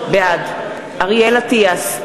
בעד אריאל אטיאס,